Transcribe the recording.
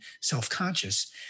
self-conscious